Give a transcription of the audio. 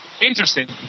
interesting